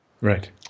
right